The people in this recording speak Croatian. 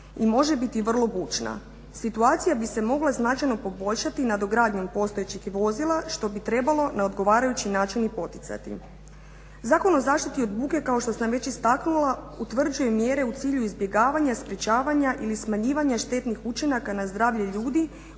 i može biti vrlo bučna. Situacija bi se mogla značajno poboljšati nadogradnjom postojećih vozila što bi trebalo na odgovarajući način i poticati. Zakon o zaštiti od buke kao što sam već istaknula utvrđuje mjere u cilju izbjegavanja, sprečavanja ili smanjivanja štetnih učinaka na zdravlje ljudi